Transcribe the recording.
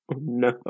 No